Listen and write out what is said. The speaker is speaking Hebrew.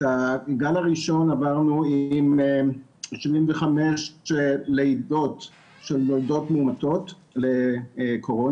את הגל הראשון עברנו עם 75 לידות של יולדות מאומתות לקורונה,